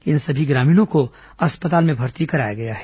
इन सभी ग्रामीणों को अस्पताल में भर्ती कराया गया है